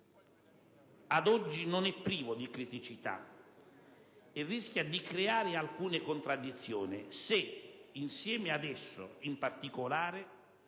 ad oggi, non è privo di criticità e rischia di creare alcune contraddizioni, se insieme ad esso, in particolare,